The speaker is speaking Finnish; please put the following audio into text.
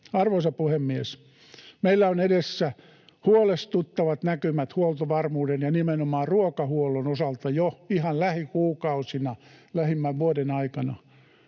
Arvoisa puhemies! Meillä on edessä huolestuttavat näkymät huoltovarmuuden ja nimenomaan ruokahuollon osalta jo ihan lähikuukausina, lähimmän vuoden aikana.